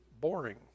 boring